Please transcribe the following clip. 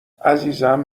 عزیزم